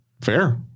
Fair